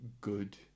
good